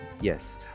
yes